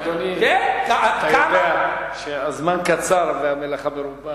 אדוני, אתה יודע שהזמן קצר והמלאכה מרובה.